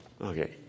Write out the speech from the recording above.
Okay